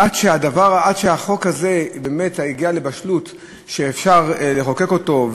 עד שהחוק הזה באמת הגיע לבשלות ואפשר לחוקק אותו.